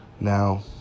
Now